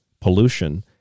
pollution